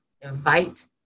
invite